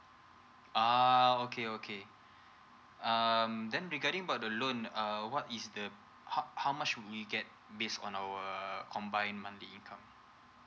ah okay okay um then regarding about the loan err what is the how how much we get based on our combine monthly income